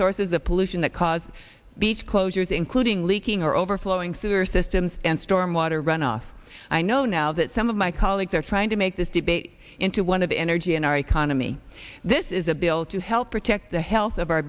sources of pollution that cause beach closures including leaking or overflowing sewer systems and storm water runoff i know now that some of my colleagues are trying to make this debate into one of energy in our economy this is a bill to help protect the health of our